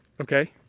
okay